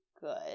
good